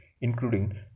including